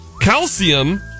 Calcium